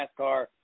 NASCAR